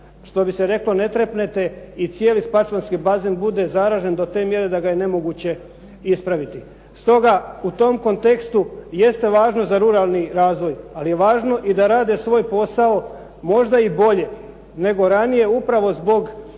što bi se reklo ne trepnete i cijeli Spačvanski bazen bude zaražen do te mjere da ga je nemoguće ispraviti. Stoga u tom kontekstu jedne važno za ruralni razvoj, ali je važno i da rade svoj posao možda i bolje nego ranije, upravo zbog